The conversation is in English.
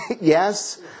yes